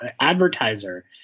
advertiser